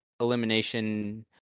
elimination